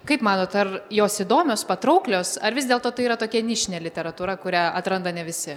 kaip manot ar jos įdomios patrauklios ar vis dėlto tai yra tokia nišinė literatūra kurią atranda ne visi